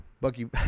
Bucky